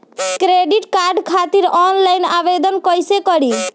Credit card खातिर online आवेदन कइसे करि?